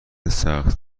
سخت